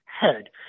head